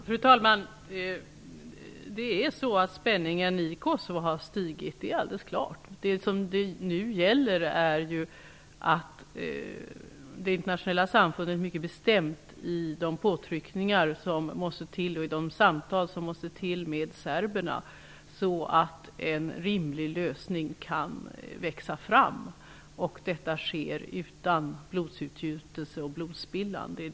Fru talman! Spänningen i Kosovo har stigit, det är alldeles klart. Nu gäller det att det internationella samfundet mycket bestämt ser till att påtryckningar och samtal med serberna kommer till stånd så att en rimlig lösning kan växa fram. Det är viktigt att detta sker utan blodsutgjutelse och blodsspillan.